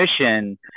mission